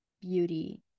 beauty